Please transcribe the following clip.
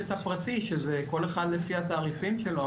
הפרטי שזה כל אחד לפי התעריפים שלו,